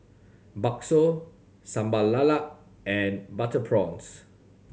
bakso Sambal Lala and butter prawns